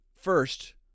first